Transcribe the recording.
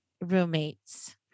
roommates